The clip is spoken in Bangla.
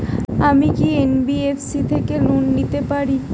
আমি কি এন.বি.এফ.সি থেকে লোন নিতে পারি?